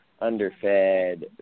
underfed